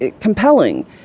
compelling